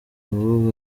ubu